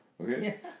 Okay